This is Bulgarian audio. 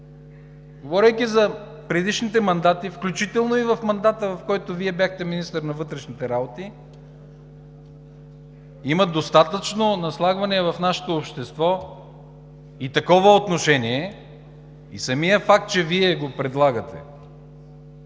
Говорейки за предишните мандати, включително и за мандата, в който Вие бяхте министър на вътрешните работи, има достатъчно наслагвания в нашето общество и такова отношение. Самият факт, че Вие го предлагате,